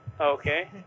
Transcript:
Okay